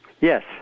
Yes